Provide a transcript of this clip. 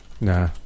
Nah